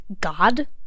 God